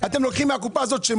אתם לוקחים מהקופה הזאת?